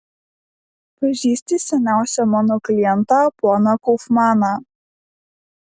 pažįsti seniausią mano klientą poną kaufmaną